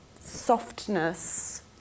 softness